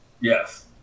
Yes